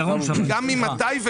גם ממתי.